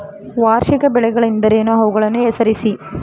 ವಾರ್ಷಿಕ ಬೆಳೆಗಳೆಂದರೇನು? ಅವುಗಳನ್ನು ಹೆಸರಿಸಿ?